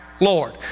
Lord